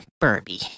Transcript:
Barbie